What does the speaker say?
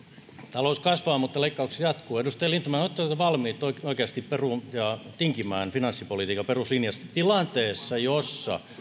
talous kasvaa mutta leikkaukset jatkuvat edustaja lindtman oletteko te valmiit oikeasti perumaan ja tinkimään finanssipolitiikan peruslinjasta tilanteessa jossa